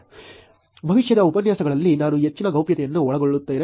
ಭವಿಷ್ಯದ ಉಪನ್ಯಾಸಗಳಲ್ಲಿ ನಾನು ಹೆಚ್ಚಿನ ಗೌಪ್ಯತೆಯನ್ನು ಒಳಗೊಳ್ಳುತ್ತೇನೆ